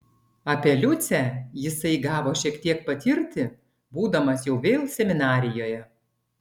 apie liucę jisai gavo šiek tiek patirti būdamas jau vėl seminarijoje